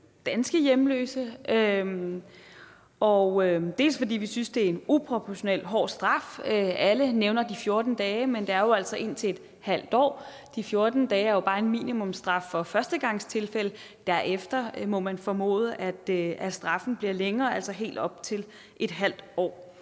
danske hjemløse, dels fordi vi synes, det er en uproportionel hård straf; alle nævner de 14 dage, men det er jo altså indtil ½ år. De 14 dage er bare en minimumsstraf for førstegangstilfælde, derefter må man formode at straffen bliver højere, altså helt op til ½ år.